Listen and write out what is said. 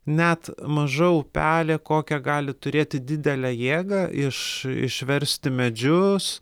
net maža upelė kokią gali turėti didelę jėgą iš išversti medžius